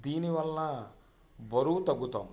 దీని వలన బరువు తగ్గుతాము